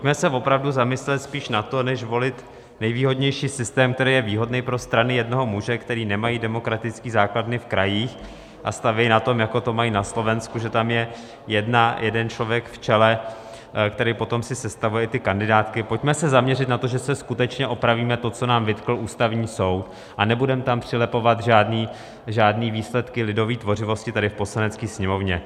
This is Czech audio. Pojďme se opravdu zamyslet spíš nad tím, než volit nejvýhodnější systém, který je výhodný pro strany jednoho muže, které nemají demokratické základny v krajích a staví na tom, jako to mají na Slovensku že tam je jeden člověk v čele, který si potom sestavuje ty kandidátky pojďme se zaměřit na to, že skutečně opravíme to, co nám vytkl Ústavní soud, a nebudeme tam přilepovat žádné výsledky lidové tvořivosti v Poslanecké sněmovně.